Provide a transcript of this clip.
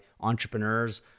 entrepreneurs